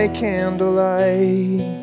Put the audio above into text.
candlelight